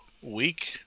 Week